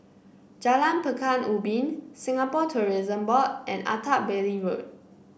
Jalan Pekan Ubin Singapore Tourism Board and Attap Valley Road